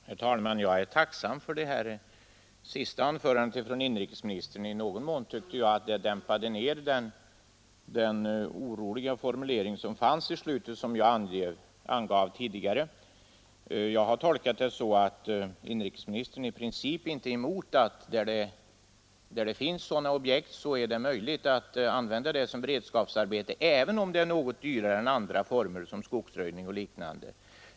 Herr talman! Jag är tacksam för det här senaste anförandet av inrikesministern. I någon mån tycker jag att det dämpade ner den oroande formulering i slutet av svaret som jag angav tidigare. Jag har tolkat det så, att inrikesministern i princip inte är emot att där det finns sådana här objekt är det möjligt att använda dem som beredskapsarbete även om de är något dyrare än andra former, som skogsröjning och liknande.